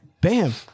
bam